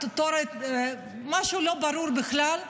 משהו לא ברור בכלל,